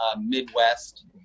Midwest